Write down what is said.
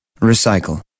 Recycle